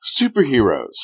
superheroes